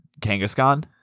Kangaskhan